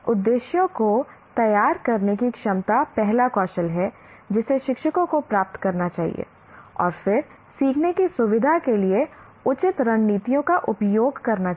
उद्देश्यों को तैयार करने की क्षमता पहला कौशल है जिसे शिक्षकों को प्राप्त करना चाहिए और फिर सीखने की सुविधा के लिए उचित रणनीतियों का उपयोग करना चाहिए